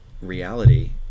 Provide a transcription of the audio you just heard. reality